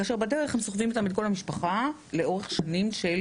כאשר בדרך הם סוחבים איתם את כל המשפחה לאורך שנים של